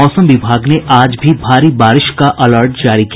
मौसम विभाग ने आज भी भारी बारिश का अलर्ट जारी किया